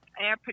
air